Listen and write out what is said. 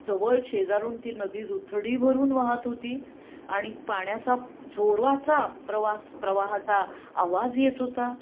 जवळ शेजारून ती नदी दुथडी भरून वाहत होती आणि पाण्याचा जोराचा प्रवास प्रवाहाचा आवाज येत होता